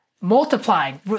multiplying